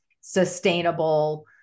sustainable